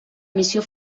missió